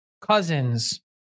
Cousins